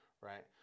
right